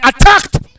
attacked